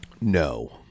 No